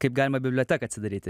kaip galima biblioteką atsidaryti